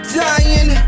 dying